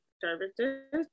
services